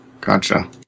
Gotcha